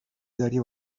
داری